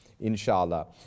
inshallah